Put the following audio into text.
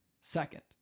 Second